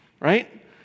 right